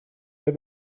der